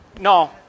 no